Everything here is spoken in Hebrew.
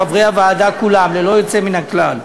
חברי הוועדה כולם ללא יוצא מן הכלל,